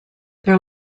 their